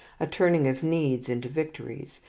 a turning of needs into victories.